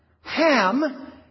Ham